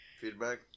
feedback